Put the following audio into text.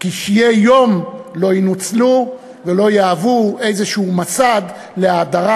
קשי יום לא ינוצלו ולא יהוו איזשהו מסד להאדרת